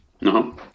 no